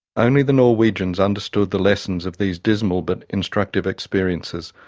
only the norwegians understood the lessons of these dismal but instructive experiences.